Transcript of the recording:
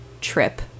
trip